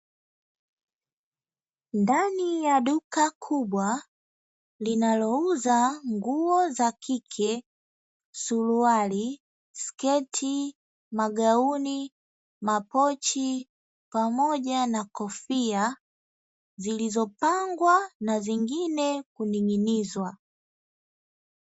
Ndani ya duka kubwa linalouza nguo za kike suruali, sketi, magauni, mapochi pamoja na kofia zilizopangwa na nyingine kuning'inizwa.